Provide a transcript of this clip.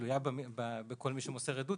תלויה בכל מי שמוסר עדות,